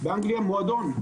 באנגליה המועדון,